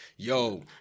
Yo